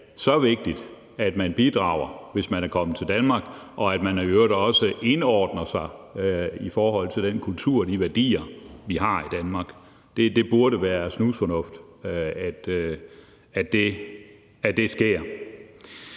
er vigtigt, at man bidrager, hvis man er kommet til Danmark, og at man i øvrigt også indordner sig i forhold til den kultur og de værdier, vi har i Danmark. Det burde være snusfornuft, at det sker.